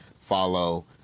follow